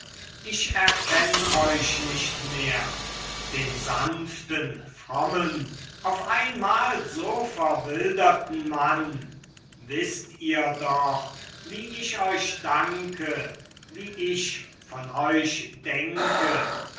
ich erkenn euch nicht mehr den sanften frommen auf einmal so verwilderten mann wißt ihr doch wie ich euch danke wie ich von euch denke